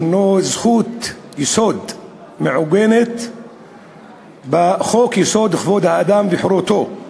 שהוא זכות יסוד המעוגנת בחוק-יסוד: כבוד האדם וחירותו.